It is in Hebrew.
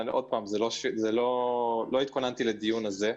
לא התכוננתי לדיון הזה.